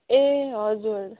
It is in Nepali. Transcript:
ए हजुर